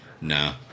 No